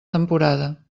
temporada